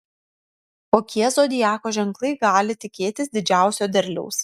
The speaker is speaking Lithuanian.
kokie zodiako ženklai gali tikėtis didžiausio derliaus